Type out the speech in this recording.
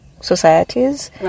societies